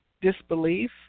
disbelief